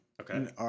Okay